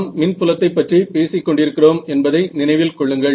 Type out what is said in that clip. நாம் மின் புலத்தை பற்றி பேசிக் கொண்டிருக்கிறோம் என்பதை நினைவில் கொள்ளுங்கள்